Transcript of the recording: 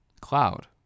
Cloud